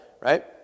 right